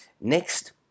Next